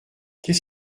qu’est